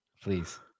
please